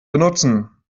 benutzen